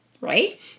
right